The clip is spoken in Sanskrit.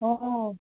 ओहो